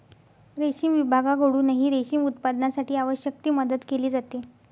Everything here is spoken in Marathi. रेशीम विभागाकडूनही रेशीम उत्पादनासाठी आवश्यक ती मदत केली जाते